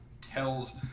tells